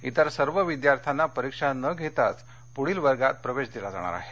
इतर सर्व विद्यार्थ्यांना परीक्षा न घेताच पुढील वर्गात प्रवेश दिला जाणार आहे